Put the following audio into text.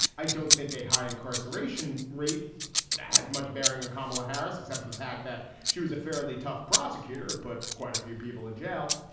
i don't think a high incarceration rate that has much bearing on kamala harris except the fact that she was a fairly tough prosecutor, but quite a few people in jail.